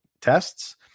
tests